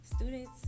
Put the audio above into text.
Students